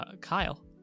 kyle